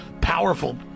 Powerful